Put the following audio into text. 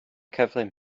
cyflym